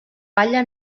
palla